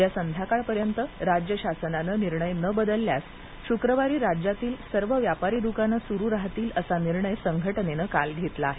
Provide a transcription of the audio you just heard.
उद्या संध्याकाळपर्यंत राज्य शासनाने निर्णय न बदलल्यास शुक्रवारी राज्यातील सर्व व्यापारी द्काने सुरू करतील असा निर्णय संघटनेनं काल घेतला आहे